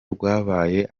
rwabaye